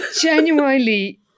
Genuinely